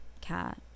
cat